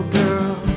girl